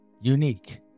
unique